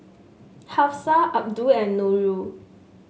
Hafsa Abdul and Nurul